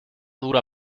dura